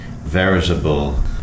veritable